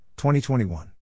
2021